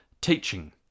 teaching